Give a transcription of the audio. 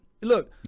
Look